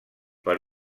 per